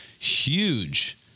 huge